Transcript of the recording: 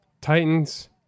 Titans